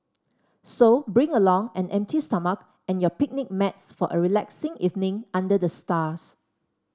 so bring along an empty stomach and your picnic mats for a relaxing evening under the stars